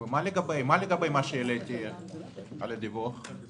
מה לגבי מה שהעליתי על הדיווח?